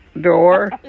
door